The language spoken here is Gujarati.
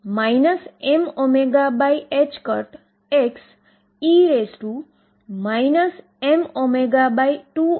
અને તેથી k2 એ p22 થશે અને E એનર્જી માટે પાર્ટીકલ p2 એ કંઈ નથી પરંતુ માટે 2m2 છે જે તે p2 જ છે